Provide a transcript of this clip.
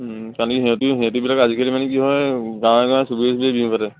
কাৰণে সিহঁতিও সিহঁতবিলাক আজিকালি মানে কি হয় গাঁৱে গাঁৱে চুবুৰীয়ে চুবুৰীয়ে বিহু পাতে